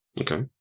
Okay